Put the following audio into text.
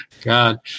God